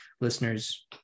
listeners